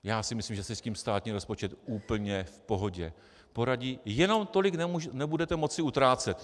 Já si myslím, že si s tím státní rozpočet úplně v pohodě poradí, jenom tolik nebudete moci utrácet.